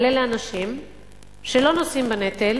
אבל אלה אנשים שלא נושאים בנטל,